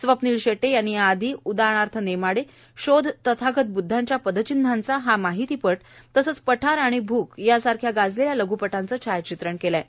स्वप्नील शेटे यानी याआधी उदाणार्थ नेमाडे शोध तथागत ब्दधांच्या पदचिन्हांचा हा माहितीपट तसंच पठार आणि भूख यासारख्या गाजलेल्या लघ्पटांचे छायाचित्रण केलेलं आहे